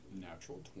Natural